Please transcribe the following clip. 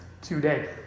today